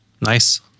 Nice